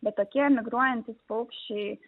bet tokie migruojantys paukščiai